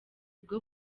bwo